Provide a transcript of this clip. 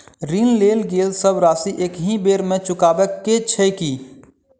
ऋण लेल गेल सब राशि एकहि बेर मे चुकाबऽ केँ छै की?